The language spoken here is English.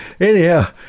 Anyhow